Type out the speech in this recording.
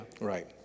Right